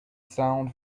sound